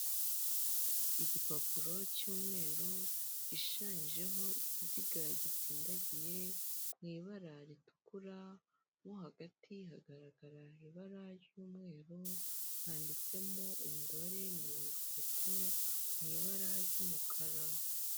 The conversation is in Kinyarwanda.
Igipapuro cy'umweru gishushanyijeho ikiziga gitsindagiye mu ibara ritukura mo hagati hagaragara ibara ry'umweru handitsemo umubare mirongo itatu mu ibara ry'umukara.